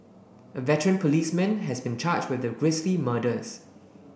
a veteran policeman has been charged with the grisly murders